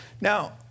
Now